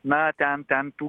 na ten ten tų